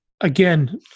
again